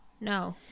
no